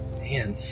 man